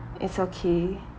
it's okay